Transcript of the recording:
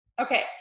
Okay